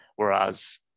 Whereas